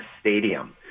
stadium